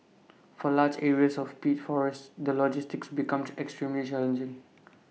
for large areas of peat forests the logistics becomes extremely challenging